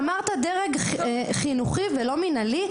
אמרת דרג חינוכי ולא דרג מנהלי?